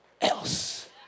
else